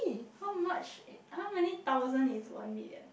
how much it how many thousand is one million